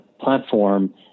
platform